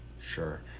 Sure